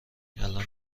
الان